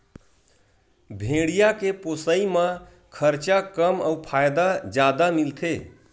भेड़िया के पोसई म खरचा कम अउ फायदा जादा मिलथे